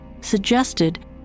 suggested